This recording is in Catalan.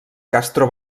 castro